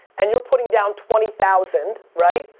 and you're putting down twenty thousand, right?